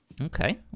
Okay